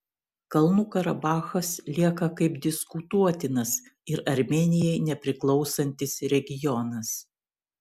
kalnų karabachas lieka kaip diskutuotinas ir armėnijai nepriklausantis regionas